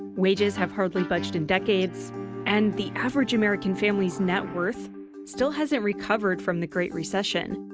wages have hardly budged in decades and the average american family's net worth still hasn't recovered from the great recession.